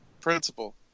Principal